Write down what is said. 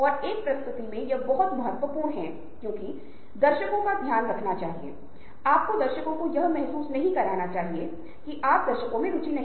1 को r से network किया गया है जबकि p को केवल एक के साथ नेटवर्ककिया गया है और दो को किसीसे नहीं